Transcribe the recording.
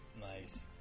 nice